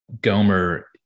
Gomer